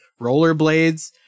rollerblades